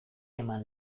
eman